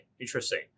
interesting